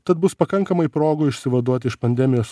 tad bus pakankamai progų išsivaduoti iš pandemijos